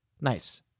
nice